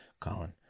Colin